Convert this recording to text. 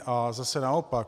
A zase naopak.